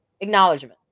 Acknowledgement